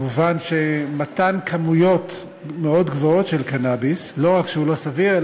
מובן שמתן כמויות מאוד גבוהות של קנאביס לא רק שהוא לא סביר,